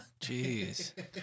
jeez